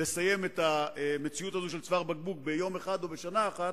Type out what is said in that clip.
לסיים את המציאות הזו של צוואר הבקבוק ביום אחד או בשנה אחת,